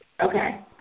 Okay